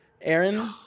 Aaron